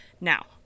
Now